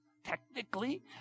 technically